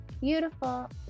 beautiful